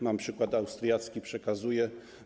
Mam przykład austriacki - przekazuję.